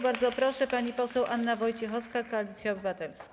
Bardzo proszę, pani poseł Anna Wojciechowska, Koalicja Obywatelska.